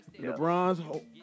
LeBron's